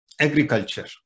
Agriculture